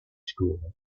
school